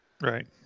Right